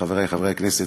חברי חברי הכנסת,